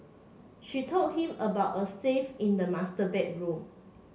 she told him about a safe in the master bedroom